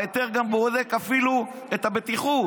ההיתר בודק גם אפילו את הבטיחות,